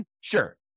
Sure